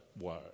word